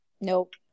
Nope